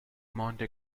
monte